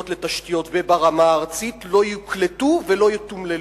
לתשתיות וברמה הארצית לא יוקלטו ולא יתומללו.